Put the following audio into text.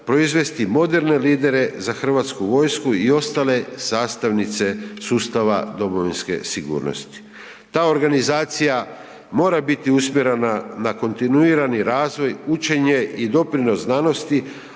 proizvesti moderne lidere za hrvatsku vojsku i ostale sastavnice sustava domovinske sigurnosti. ta organizacija biti usmjerena na kontinuirani razvoj, učenje i doprinos znanosti